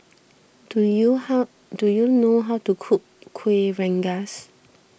do you how do you know how to cook Kueh Rengas